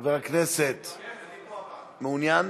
חבר הכנסת, מעוניין?